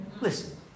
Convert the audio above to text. Listen